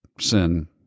sin